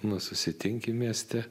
nu susitinki mieste